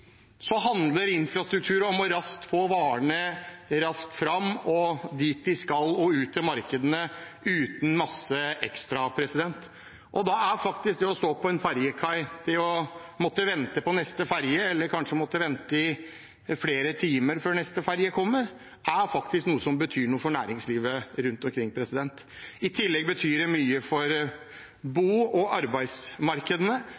handler infrastruktur om å få varene raskt fram dit de skal, og ut til markedene, uten masse ekstra. Da er faktisk det å måtte stå på en fergekai og vente på neste ferge, eller kanskje vente i flere timer før neste ferge kommer, noe som betyr noe for næringslivet rundt omkring. I tillegg betyr det mye for